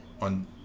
on